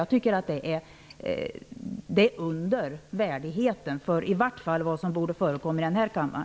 Jag tycker att det är under er värdighet, och i vart fall under vad som borde förekomma i denna kammare.